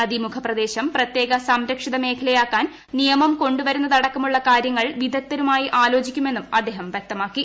നദീമുഖ പ്രദേശം പ്രത്യേക സംരക്ഷിത മേഖലയിക്ക്റ്റൻ നിയമം കൊണ്ടുവരുന്നത് അടക്കമുള്ള കാര്യങ്ങൾ വിദഗ്ദ്ധ്യുമായി ആലോചിക്കുമെന്നും അദ്ദേഹം വ്യക്തമാക്കി